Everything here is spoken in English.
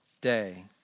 day